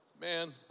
man